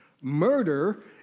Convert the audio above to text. Murder